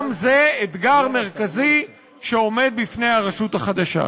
גם זה אתגר מרכזי שעומד בפני הרשות החדשה.